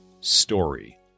story